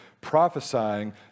prophesying